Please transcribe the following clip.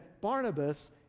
Barnabas